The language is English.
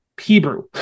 Hebrew